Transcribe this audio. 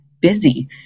busy